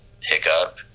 pickup